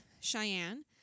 Cheyenne